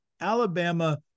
Alabama